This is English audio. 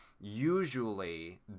usually